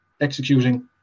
executing